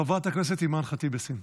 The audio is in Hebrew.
חברת הכנסת אימאן ח'טיב יאסין.